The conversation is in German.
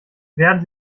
werden